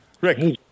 Rick